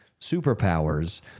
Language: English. superpowers